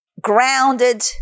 Grounded